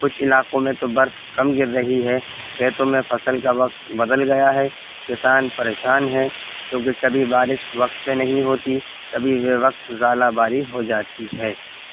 کچھ علاقوں میں تو برف کم گر رہی ہے کھیتوں میں فصل کا وقت بدل گیا ہے کسان پریشان ہے کیونکہ کبھی بارش وقت پہ نہیں ہوتی کبھی وہ وقت زالہ باری ہو جاتی ہے